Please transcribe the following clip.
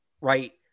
right